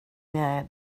nej